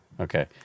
Okay